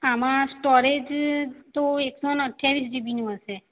આમાં સ્ટોરેજ તો એકસો ને અઠ્ઠાવીસ જીબીનું હશે